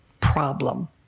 problem